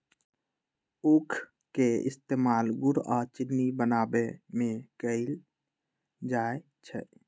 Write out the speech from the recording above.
उख के इस्तेमाल गुड़ आ चिन्नी बनावे में कएल जाई छई